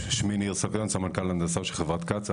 שמי ניר סביון, סמנכ"ל הנדסה של חברת קצא"א.